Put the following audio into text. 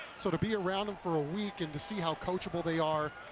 sort of be around them for ah week and to see how coachable they are,